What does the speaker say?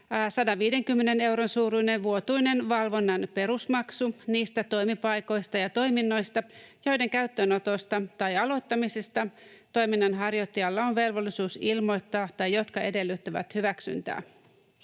150 euron suuruinen vuotuinen valvonnan perusmaksu niistä toimipaikoista ja toiminnoista, joiden käyttöönotosta tai aloittamisesta toiminnanharjoittajalla on velvollisuus ilmoittaa tai jotka edellyttävät hyväksyntää.